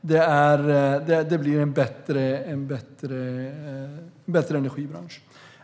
det blir en bättre energibransch.